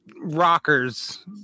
rockers